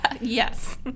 Yes